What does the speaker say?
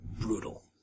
brutal